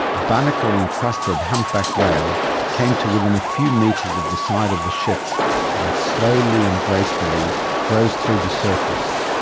a barnacle encrusted humpback whale came to within a few meters of the side of the ship and slowly and gracefully rose through the surface,